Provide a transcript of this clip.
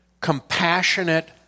compassionate